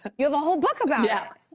you have a whole book about it.